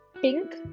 pink